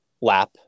lap